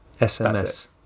SMS